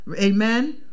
Amen